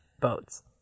boats